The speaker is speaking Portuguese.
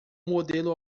modelo